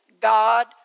God